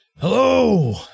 hello